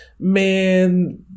man